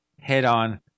head-on